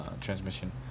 transmission